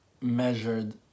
measured